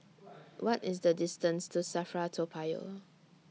What IS The distance to SAFRA Toa Payoh